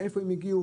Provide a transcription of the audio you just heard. מאיפה הם הגיעו,